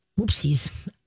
Whoopsies